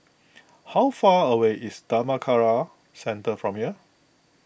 how far away is Dhammakaya Centre from here